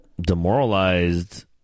demoralized